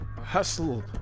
hustle